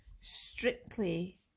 strictly